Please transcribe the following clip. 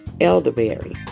Elderberry